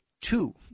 two